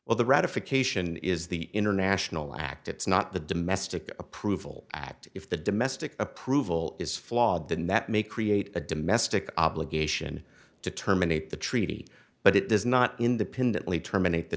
well the ratification is the international act it's not the domestic approval act if the domestic approval is flawed than that may create a domestic obligation to terminate the treaty but it does not independently terminate the